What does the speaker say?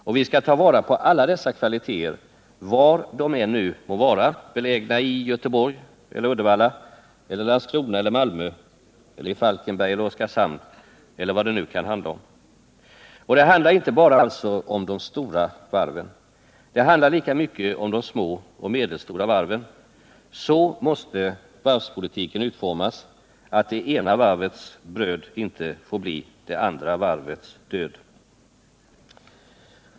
Och vi skall ta vara på alla dessa kvaliteter var de nu än må vara belägna — Göteborg, Uddevalla, Landskrona, Malmö, Falkenberg eller Oskarshamn eller vad det nu kan handla om. Och det handlar alltså inte bara om de stora varven. Det handlar lika mycket om de små och medelstora varven. Så måste varvspolitiken utformas att det ena varvets bröd inte får bli det andra varvets död.